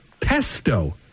pesto